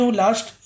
last